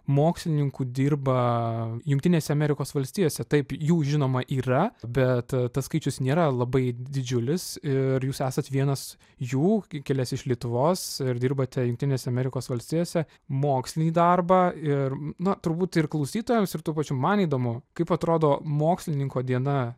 mokslininkų dirba jungtinėse amerikos valstijose taip jų žinoma yra bet tas skaičius nėra labai didžiulis ir jūs esat vienas jų kilęs iš lietuvos ir dirbate jungtinėse amerikos valstijose mokslinį darbą ir na turbūt ir klausytojams ir tuo pačiu man įdomu kaip atrodo mokslininko diena